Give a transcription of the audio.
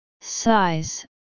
Size